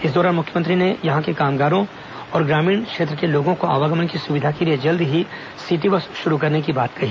इस दौरान मुख्यमंत्री ने यहां के कामगारों और ग्रामीण क्षेत्र के लोगों को आवागमन की सुविधा के लिए जल्द ही सिटी बस सेवा शुरू करने की बात कही